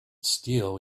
steal